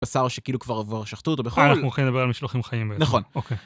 בשר שכאילו כבר עבור השחטות או בכל... אה, אנחנו מוכנים לדבר על משלוחים חיים בעצם. נכון.